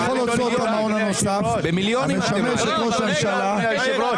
רגע, אדוני היושב ראש,